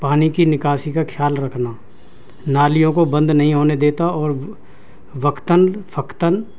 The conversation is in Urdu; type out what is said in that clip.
پانی کی نکاسی کا خیال رکھنا نالیوں کو بند نہیں ہونے دیتا اور وقتاً فوقتاً